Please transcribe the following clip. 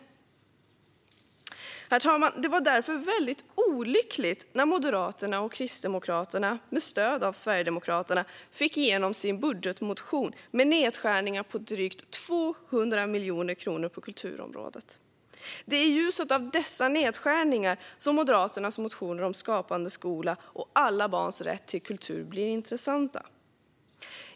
Herr talman! Det var därför väldigt olyckligt när Moderaterna och Kristdemokraterna, med stöd av Sverigedemokraterna, fick igenom sin budgetmotion med nedskärningar på drygt 200 miljoner kronor på kulturområdet. Det är i ljuset av dessa nedskärningar som Moderaternas motioner om Skapande skola och alla barns rätt till kultur blir intressanta.